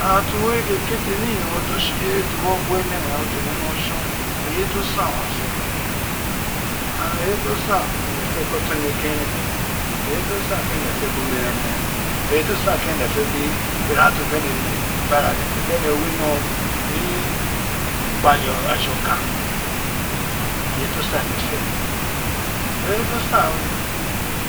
Aghan to wi origho ekete ni yon to tse ireye to wo ogua ene ghan we tene no tson eye to san owun aghan te gbe ne and eye to san owun ene fe gbe oton ene teren eye too san owun ene fe gbe oton ene keren eye to san keren ere fe gbe omere ene eye to san keren one fw gbe ira to bene dede ba bene wino ni ukpale aja okan ireye tosan owun ene fe ireye to san we